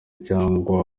cyangwa